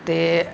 ते